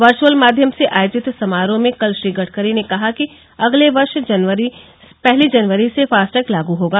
virtual माध्यम से आयोजित समारोह में कल श्री गडकरी ने कहा कि अगले वर्ष पहली जनवरी से फास्टैग लागू होगा